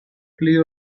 pli